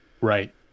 Right